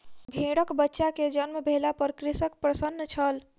भेड़कबच्चा के जन्म भेला पर कृषक प्रसन्न छल